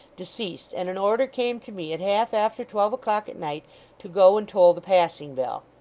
deceased, and an order came to me at half after twelve o'clock at night to go and toll the passing-bell